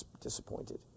disappointed